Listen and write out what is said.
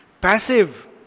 Passive